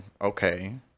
okay